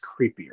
creepier